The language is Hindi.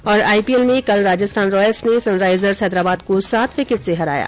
्र आईपीएल में कल राजस्थान रॉयल्स ने सनराइजर्स हैदराबाद को सात विकेट से हराया